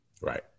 Right